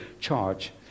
charge